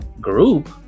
group